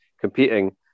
competing